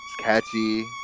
catchy